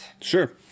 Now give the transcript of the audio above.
Sure